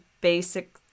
basic